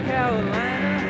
Carolina